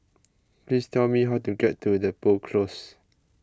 please tell me how to get to Depot Close